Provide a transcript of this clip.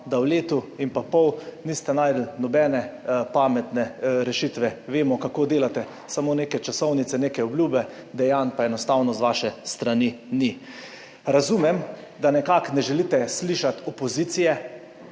da v letu in pol niste našli nobene pametne rešitve. Vemo, kako delate. Samo neke časovnice, neke obljube, dejanj pa enostavno z vaše strani ni. Razumem, da nekako ne želite slišati opozicije,